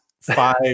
five